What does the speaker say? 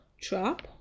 trap